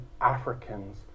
Africans